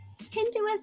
Hinduism